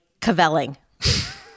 cavelling